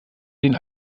den